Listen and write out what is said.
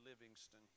Livingston